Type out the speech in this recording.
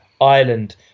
Ireland